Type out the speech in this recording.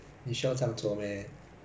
没有良 like how to say ah